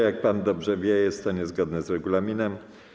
Jak pan dobrze wie, jest to niezgodne z regulaminem.